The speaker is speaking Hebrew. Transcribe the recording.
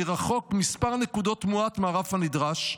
אני רחוק מספר נקודות מועט מהרף הנדרש.